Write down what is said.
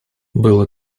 было